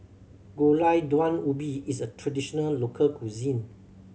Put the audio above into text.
Gulai Daun Ubi is a traditional local cuisine